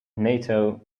nato